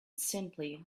simply